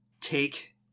take